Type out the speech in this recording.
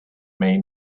may